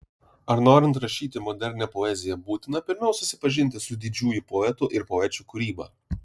ar norint rašyti modernią poeziją būtina pirmiau susipažinti su didžiųjų poetų ir poečių kūryba